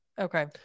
Okay